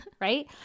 Right